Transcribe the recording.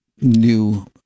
new